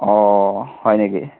হয় নেকি